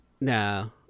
No